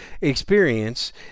experience